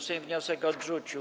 Sejm wnioski odrzucił.